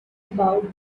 about